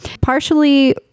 Partially